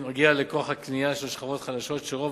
מגיע לכוח הקנייה של השכבות החלשות שרוב